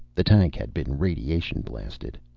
the tank had been radiation blasted.